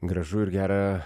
gražu ir gera